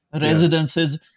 residences